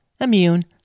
immune